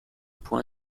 point